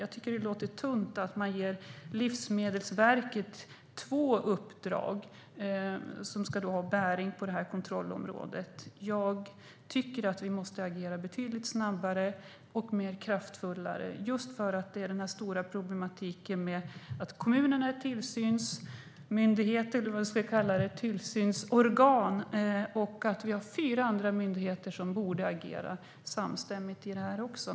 Jag tycker att det låter tunt att man ger Livsmedelsverket två uppdrag som ska ha bäring på det här kontrollområdet. Jag tycker att vi måste agera betydligt snabbare och mer kraftfullt just för att det är en stor problematik med att kommunerna är tillsynsmyndigheter eller tillsynsorgan och att vi har fyra andra myndigheter som borde agera samstämmigt i fråga om det här.